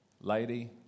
Lady